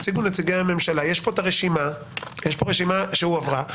יש פה רשימה שהועברה.